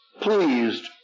pleased